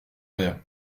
mer